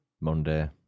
Monday